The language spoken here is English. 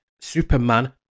Superman